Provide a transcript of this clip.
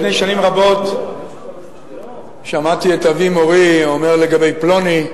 לפני שנים רבות שמעתי את אבי מורי אומר לגבי פלוני,